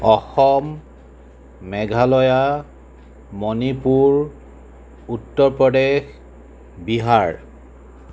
Assam Meghalaya Manipur Uttar Pradesh Bihar